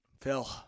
Phil